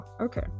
okay